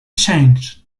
changed